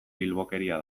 bilbokeria